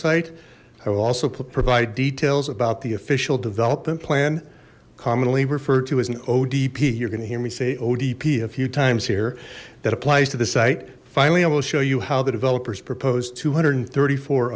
site i will also provide details about the official development plan commonly referred to as an od p you're going to hear me say odp a few times here that applies to the site finally i will show you how the developers proposed two hundred and thirty four